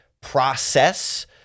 process